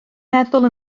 meddwl